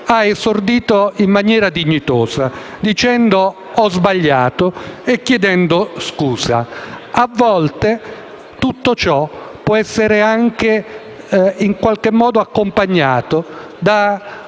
ha esordito in maniera dignitosa dicendo «ho sbagliato» e chiedendo scusa. A volte, tutto ciò può essere anche accompagnato da